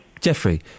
Jeffrey